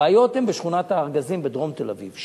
הבעיות הן בשכונת-הארגזים בדרום תל-אביב,